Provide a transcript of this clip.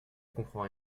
comprends